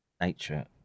nature